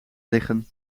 liggen